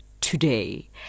today